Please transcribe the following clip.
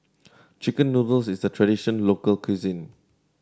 chicken noodles is a traditional local cuisine